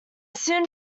soon